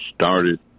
started